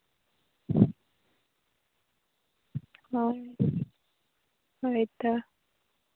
ᱦᱳᱭ ᱦᱳᱭ ᱛᱚ